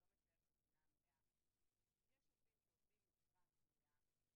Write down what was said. אבל לצערי אני מכירה עובדי ניקיון ועובדי